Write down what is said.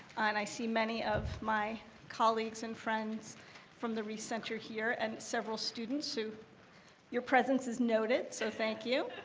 and i see many of my colleagues and friends from the reiss center, here, and several students, so your presence is noted, so thank you.